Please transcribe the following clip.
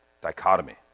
dichotomy